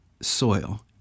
soil